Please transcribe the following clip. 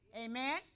Amen